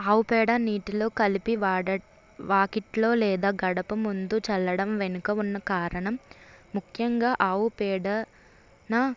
ఆవు పేడ నీటిలో కలిపి వాడ వాకిట్లో లేదా గడప ముందు చల్లడం వెనుక ఉన్న కారణం ముఖ్యంగా ఆవు పేడ న